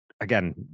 again